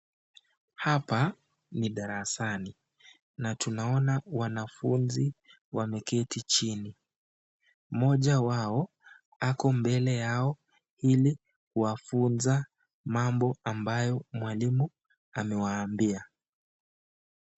Hapa ni darasani, na tunaona wanafunzi wameketi chini. Mmoja wao ako mbele yao ili kuwafunza mambo ambayo mwalimu amewaambia.